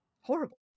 Horrible